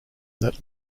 that